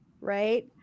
right